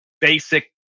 basic